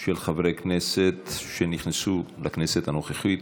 של חברי הכנסת שנכנסו בכנסת הנוכחית.